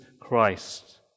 Christ